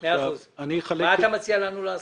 מה אתה מציע לנו לעשות?